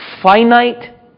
finite